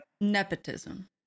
Nepotism